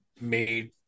made